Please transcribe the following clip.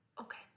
okay